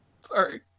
Sorry